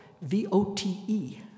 V-O-T-E